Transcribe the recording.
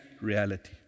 reality